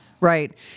Right